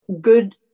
Good